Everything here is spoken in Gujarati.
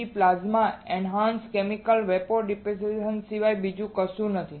PECVD plasma enhanced chemical vapour deposition સિવાય બીજું કશું નથી